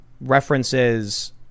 references